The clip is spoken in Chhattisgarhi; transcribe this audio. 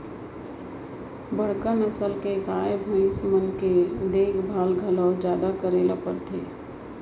बड़का नसल के गाय, भईंस मन के देखभाल घलौ जादा करे ल परथे